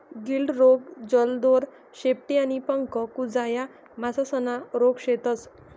गिल्ड रोग, जलोदर, शेपटी आणि पंख कुजा या मासासना रोग शेतस